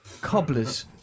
Cobblers